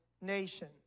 nation